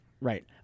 Right